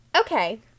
Okay